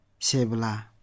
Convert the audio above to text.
Sebla